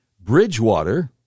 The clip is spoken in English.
Bridgewater